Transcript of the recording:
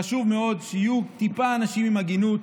חשוב מאוד שיהיו טיפה אנשים עם הגינות